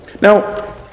Now